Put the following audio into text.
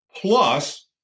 plus